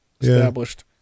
established